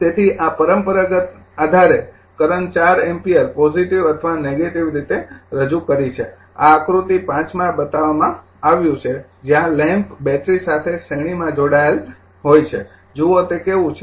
તેથી આ પરંપરાગતના આધારે કરંટ ૪ એમ્પીયર પોજિટિવ અથવા નેગેટિવ રીતે રજૂ કરી છે આ આકૃતિ ૫ માં બતાવવામાં આવ્યું છે જ્યાં લેમ્પ બેટરી સાથે શ્રેણીમાં જોડાયેલ હોય છે જુવો તે કેવું છે